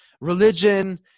religion